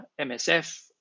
MSF